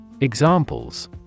Examples